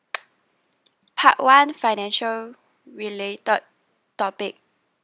part one financial related topic